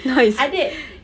now is